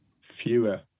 fewer